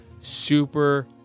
super